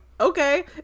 okay